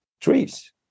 trees